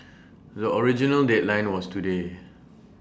the original deadline was today